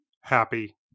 happy